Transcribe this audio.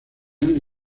guinea